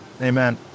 Amen